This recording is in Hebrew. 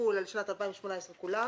לחול על שנת 2018 כולה,